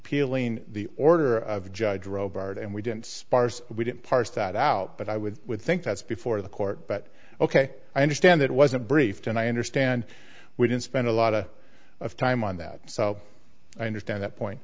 peeling the order of judge roberts and we didn't sparse we didn't parse that out but i would think that's before the court but ok i understand that wasn't briefed and i understand we didn't spend a lot of of time on that so i understand that point